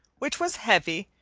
which was heavy,